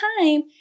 time